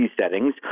settings